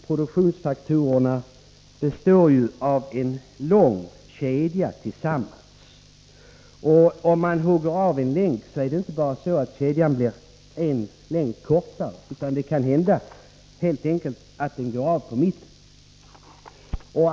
Produktionsfaktorerna består av en lång kedja av samverkande länkar. Om man hugger av en länk, är det inte bara så att kedjan blir en länk kortare, utan det kan helt enkelt hända att kedjan går av på mitten.